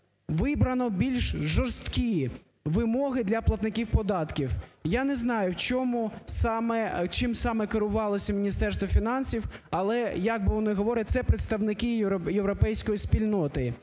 вибрано більш жорсткі вимоги для платників податків. Я не знаю, чим саме керувалося Міністерство фінансів, але як вони говорять, це представники європейської спільноти.